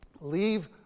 leave